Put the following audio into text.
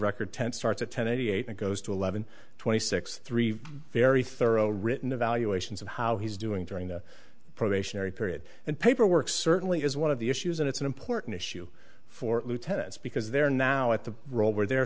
record ten starts at ten thirty eight and goes to eleven twenty six three very thorough written evaluations of how he's doing during a probationary period and paperwork certainly is one of the issues and it's an important issue for lieutenants because they're now at the role where they're